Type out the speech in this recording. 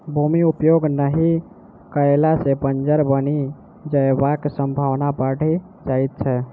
भूमि उपयोग नहि कयला सॅ बंजर बनि जयबाक संभावना बढ़ि जाइत छै